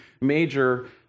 major